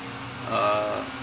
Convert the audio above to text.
uh